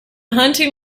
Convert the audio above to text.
hunting